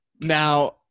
Now